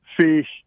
fish